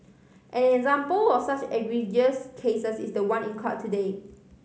an example of such egregious cases is the one in court today